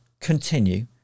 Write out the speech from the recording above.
continue